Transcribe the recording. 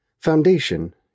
Foundation